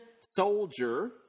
soldier